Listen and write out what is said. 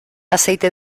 aceite